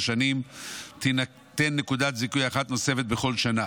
שנים תינתן נקודת זיכוי אחת נוספת בכל שנה.